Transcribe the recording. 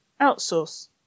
outsource